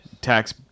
tax